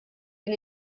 din